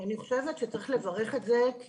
ואני חושבת שצריך לברך את זה כי.